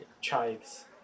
chives